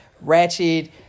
ratchet